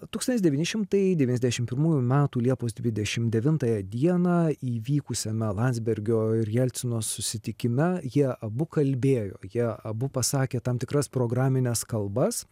tūkstantis devyni šimtai devyniasdešimt pirmųjų liepos dvidešimt devintąją dieną įvykusiame landsbergio ir jelcino susitikime jie abu kalbėjo jie abu pasakė tam tikras programines kalbas